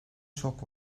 çok